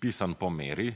pisan po meri,